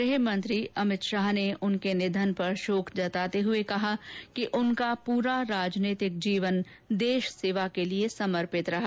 गृह मंत्री अमित शाह ने उनके निधन पर शोक जताते हुए कहा कि उनका पूरा राजनीतिक जीवन देश सेवा के लिए समर्पित रहा